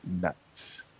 Nuts